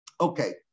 Okay